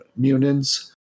Munins